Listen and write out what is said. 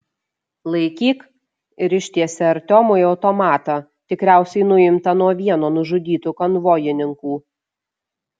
laikyk ir ištiesė artiomui automatą tikriausiai nuimtą nuo vieno nužudytų konvojininkų